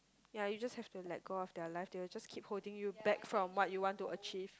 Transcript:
ya you just have to let go of their life they will just keep holding you back from what you want to achieve